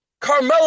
Carmella